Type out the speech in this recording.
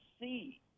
see